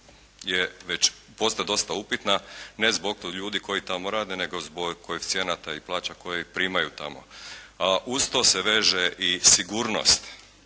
je već postala dosta upitna ne zbog tih ljudi koji tamo rade nego zbog koeficijenata i plaća koje primaju tamo, a uz to se veže i sigurnost